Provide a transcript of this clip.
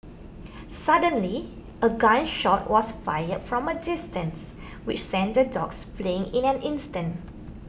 suddenly a gun shot was fired from a distance which sent the dogs fleeing in an instant